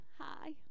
Hi